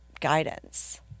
guidance